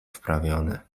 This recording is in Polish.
wprawione